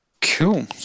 Cool